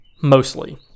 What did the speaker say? mostly